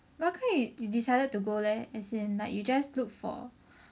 you decided to go leh as in like you just look for